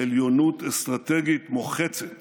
עליונות אסטרטגית מוחצת